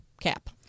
Cap